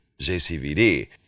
jcvd